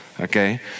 okay